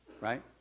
right